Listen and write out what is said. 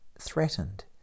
threatened